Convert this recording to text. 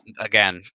again